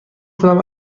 کنم